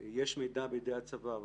יש מידע בידי הצבא,